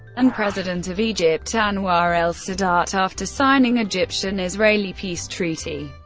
and president of egypt anwar el-sadat after signing egyptian-israeli peace treaty,